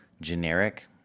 generic